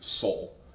soul